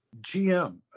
GM